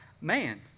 Man